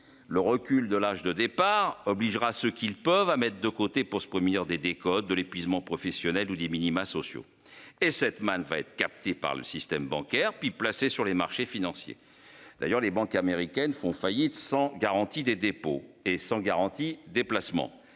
Le recul de l'âge de départ obligera ce qui le peuvent à mettre de côté pour se prémunir des des côtes de l'épuisement professionnel ou des minima sociaux et, cette manne va être captée par le système bancaire, puis placé sur les marchés financiers. D'ailleurs les banques américaines font faillite sans garantie des dépôts et sans garantie déplacements